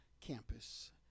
campus